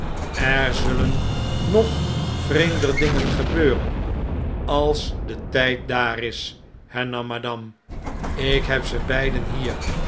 er zullen nog vreemder dingen gebeuren als de tijd daar is hernam madame ibheb ze beiden hier